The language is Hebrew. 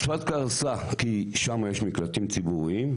צפת קרסה כי שם יש מקלטים ציבוריים,